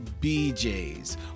BJ's